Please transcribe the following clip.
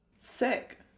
Sick